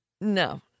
No